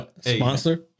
sponsor